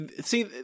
See